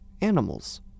animals